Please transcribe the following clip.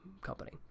company